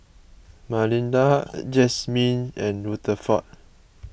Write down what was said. Malinda Jazmyne and Rutherford